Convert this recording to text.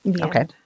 Okay